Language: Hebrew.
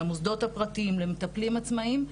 המוסדות הפרטיים והמטפלים העצמאיים,